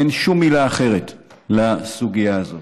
אין שום מילה אחרת לסוגיה הזאת.